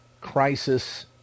crisis